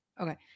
okay